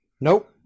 nope